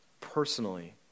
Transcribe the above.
personally